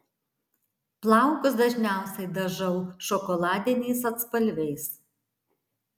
plaukus dažniausiai dažau šokoladiniais atspalviais